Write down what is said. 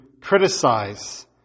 criticize